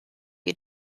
you